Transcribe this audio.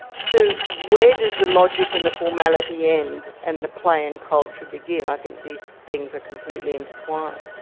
so where does the logic and the formality end and the play and culture begin? i think these things are completely intertwined.